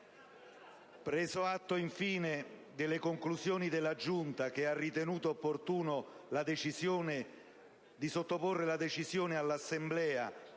Preso atto, infine, delle conclusioni della Giunta, che ha ritenuto opportuna la decisione di sottoporre la